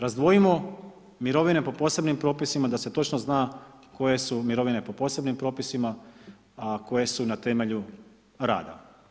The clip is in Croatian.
Razdvojimo mirovine po posebnim propisima da se točno zna koje su mirovine po posebnim propisima, a koje su na temelju rada.